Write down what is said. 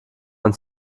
ein